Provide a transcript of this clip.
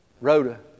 Rhoda